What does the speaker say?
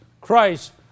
Christ